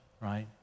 right